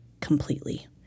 completely